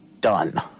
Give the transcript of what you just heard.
Done